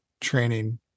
training